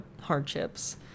hardships